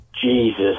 Jesus